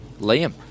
Liam